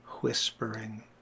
whispering